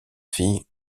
fille